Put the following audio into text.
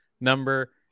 number